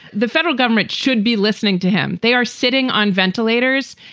the federal government should be listening to him. they are sitting on ventilators.